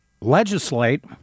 legislate